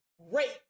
rape